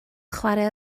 chwarae